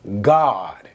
God